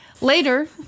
Later